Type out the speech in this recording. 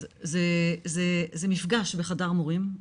אז זה מפגש בחדר מורים,